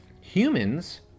humans